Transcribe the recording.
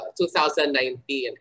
2019